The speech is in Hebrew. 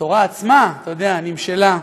התורה עצמה, אתה יודע, נמשלה,